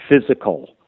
physical